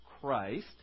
Christ